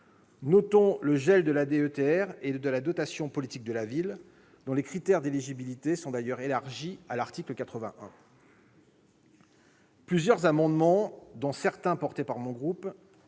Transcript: notons le gel de la DETR et de la dotation politique de la ville, dont les critères d'éligibilité sont d'ailleurs élargis, à l'article 81. Plusieurs amendements, dont certains ont été déposés par mon groupe,